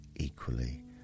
equally